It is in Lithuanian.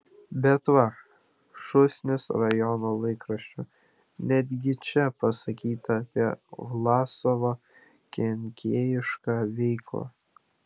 bet va šūsnis rajono laikraščių netgi čia pasakyta apie vlasovo kenkėjišką veiklą